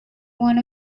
one